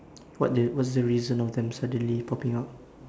what the what's the reason of them suddenly popping out